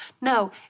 No